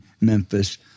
Memphis